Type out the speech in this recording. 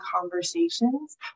conversations